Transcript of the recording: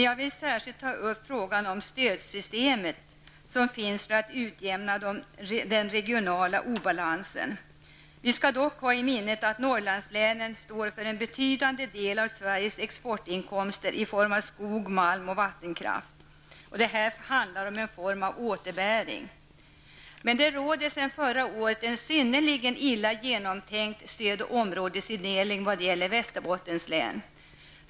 Jag vill särskilt ta upp frågan om stödsystemen som finns för att utjämna den regionala obalansen. Vi skall dock ha i minnet att Norrlandslänen står för en betydande del av Sveriges exportinkomster i form av skog, malm och vattenkraft. Det här handlar om en form av återbäring. Det råder sedan förra året en synnerligen illa genomtänkt stödområdesindelning i vad gäller Västerbottens län.